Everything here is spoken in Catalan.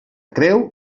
creu